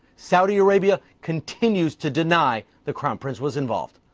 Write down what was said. saudi arabia continues to deny the crown prince was involved.